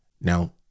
now